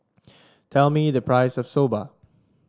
tell me the price of Soba